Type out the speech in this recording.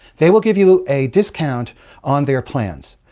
they will give you a discount on their plans.